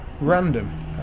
random